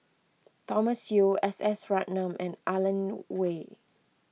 Thomas Yeo S S Ratnam and Alan Oei